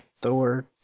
Thor